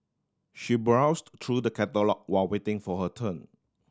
she browsed through the catalogue while waiting for her turn